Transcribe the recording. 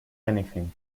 anything